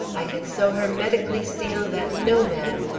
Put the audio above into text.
i can so hermetically seal that no man,